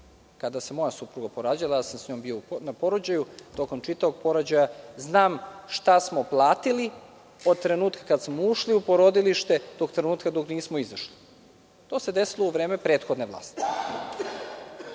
kada se moja supruga porađala, ja sam s njom bio na porođaju, tokom čitavog porođaja. Znam šta smo platili od trenutka kada smo ušli u porodilište, do trenutka dok nismo izašli. To se desilo u vreme prethodne vlasti.